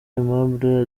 aimable